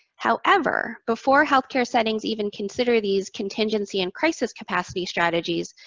however, before healthcare settings even consider these contingency and crises capacity strategies,